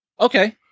Okay